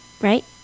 Right